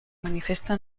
manifesta